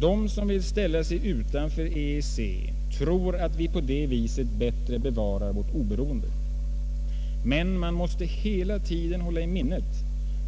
De som vill ställa sig utanför EEC tror att vi på det viset bättre bevarar vårt oberoende. Men man måste hela tiden hålla i minnet